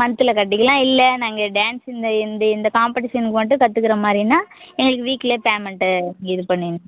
மன்த்தில் கட்டிக்கலாம் இல்லை நாங்கள் டான்ஸ் இந்த இந்த இந்த காம்படீஷனுக்கு மட்டும் கத்துக்கிற மாதிரினா எங்களுக்கு வீக்லி பேமெண்ட் இது பண்ணிடணும்